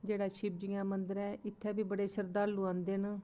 जेह्ड़ा शिवजियें दा मंदर ऐ इत्थै बी बड़े शरधालु औंदे न